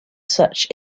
such